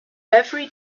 every